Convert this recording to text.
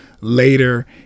later